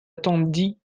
attendit